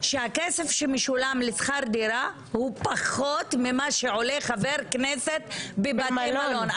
שהכסף שמשולם לשכר דירה הוא פחות ממה שעולה חבר כנסת שהולך לבית מלון.